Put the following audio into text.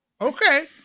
Okay